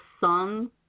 sun